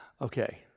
Okay